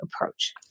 approach